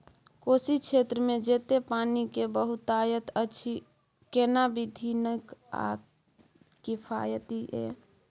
कोशी क्षेत्र मे जेतै पानी के बहूतायत अछि केना विधी नीक आ किफायती ये?